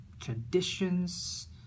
traditions